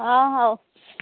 ହଁ ହଉ